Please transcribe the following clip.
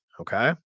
Okay